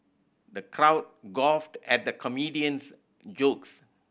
the crowd guffawed at the comedian's jokes